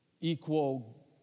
equal